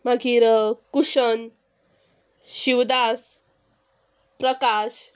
मागीर कुशन शिवदास प्रकाश